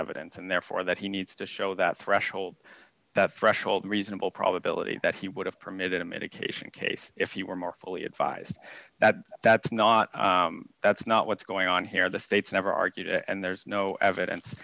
evidence and therefore that he needs to show that threshold that threshold reasonable probability that he would have permitted a medication case if he were more fully advised that that's not that's not what's going on here the state's never argued and there's no evidence